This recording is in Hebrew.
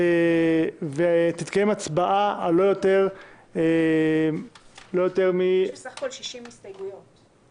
ותתקיים הצבעה על לא יותר מ -- סך הכול 60 הסתייגויות.